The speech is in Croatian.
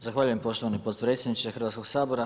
Zahvaljujem poštovani potpredsjedniče Hrvatskoga sabora.